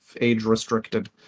age-restricted